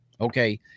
Okay